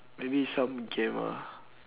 maybe some gamer lah